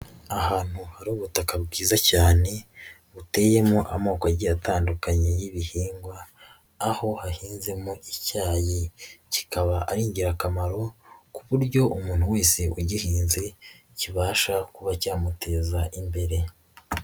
Ahantu hari ubutaka bwiza cyane buteyemo amoko agiye atandukanye y'ibihingwa aho hahinzemo icyayi kikaba ari ingirakamaro ku buryo umuntu wese ugihinze kibasha kuba cyamuteza imbere.